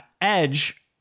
Edge